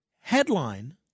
Headline